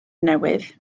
newydd